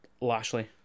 Lashley